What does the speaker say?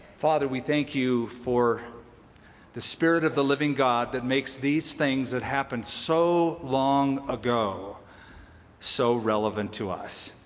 father, we thank you for the spirit of the living god that makes these things that happened so long ago so relevant to us.